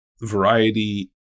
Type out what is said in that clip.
variety